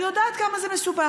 אני יודעת כמה זה מסובך.